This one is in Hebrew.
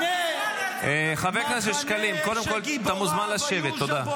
חבר הכנסת שקלים, אתה מוזמן לשבת, תודה.